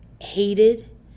hated